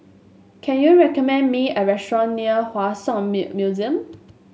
can you recommend me a restaurant near Hua Song Museum